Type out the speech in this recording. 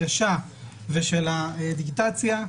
ההנגשה ושל הדיגיטציה,